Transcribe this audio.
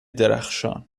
درخشان